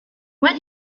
when